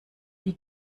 wie